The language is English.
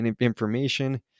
information